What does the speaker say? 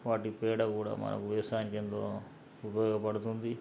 వాటి పేడ కూడా మనకు వ్యవసాయంకెంతో ఉపయోగపడుతుంది